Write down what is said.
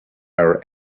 our